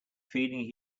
feeling